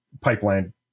pipeline